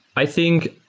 i think